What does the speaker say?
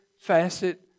facet